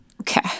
Okay